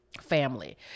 family